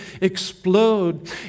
explode